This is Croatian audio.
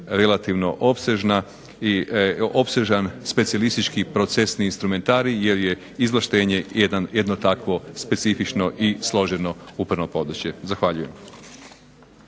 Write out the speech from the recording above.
relativno opsežan specijalistički procesni instrumentarij jer je izvlaštenje jedno takvo specifično i složeno upravno područje. Zahvaljujem.